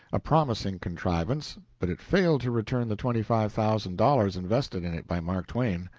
a promising contrivance, but it failed to return the twenty-five thousand dollars invested in it by mark twain.